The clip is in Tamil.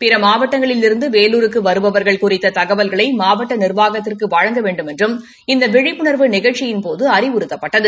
பிற மாவட்டங்களிலிருந்து வேலுருக்கு வருபவா்கள் குறித்த தகவல்களை மாவட்ட நிாவாகத்திற்கு வழங்க வேண்டுமென்றும் இந்த விழிப்புணா்வு நிகழ்ச்சியின்போது அறிவுறுத்தப்பட்டது